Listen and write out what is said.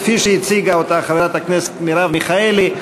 כפי שהציגה אותה חברת הכנסת מרב מיכאלי,